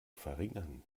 verringern